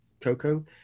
Coco